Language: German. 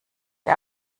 der